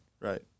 Right